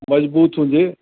मज़बूत हुजे